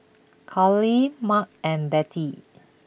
Carlyle Mack and Bette